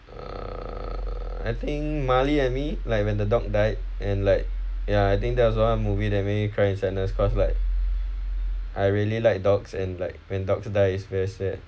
err I think marley and me like when the dog died and like ya I think that was one of the movie make me cry in sadness cause like I really like dogs and like when dog dies is very sad